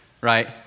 right